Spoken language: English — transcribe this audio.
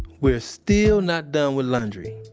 we're still not done with laundry.